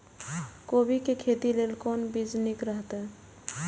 कोबी के खेती लेल कोन बीज निक रहैत?